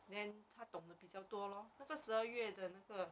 then 他懂得比较多 lor 那个十二月的那个